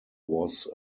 was